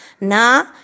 Na